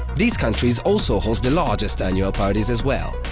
these countries also host the largest annual parties as well.